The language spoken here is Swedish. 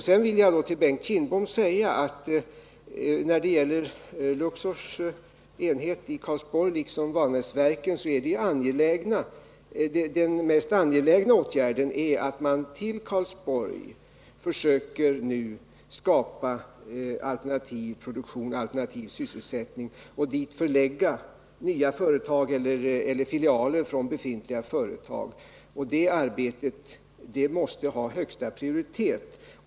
Jag vill till Bengt Kindbom säga beträffande Luxors enhet i Karlsborg liksom också beträffande Vanäsverken att den mest angelägna åtgärden är att man i Karlsborg nu försöker skapa alternativ produktion eller alternativ sysselsättning, och det betyder att man dit måste förlägga nya företag eller filialer till befintliga företag. Det arbetet måste ha högsta prioritet.